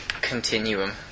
continuum